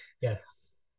Yes